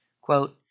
Quote